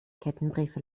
kettenbriefe